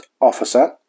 officer